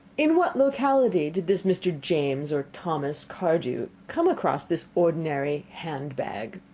in what locality did this mr. james, or thomas, cardew come across this ordinary hand-bag?